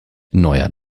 neuer